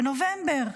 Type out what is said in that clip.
בנובמבר: